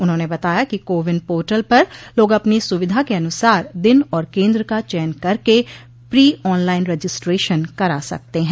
उन्होंने बताया के कोविन पोर्टल पर लोग अपनी सुविधा के अनुसार दिन और केन्द्र का चयन करके प्री ऑनलाइन रजिस्ट्रेशन करा सकते हैं